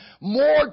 More